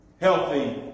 Healthy